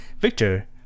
Victor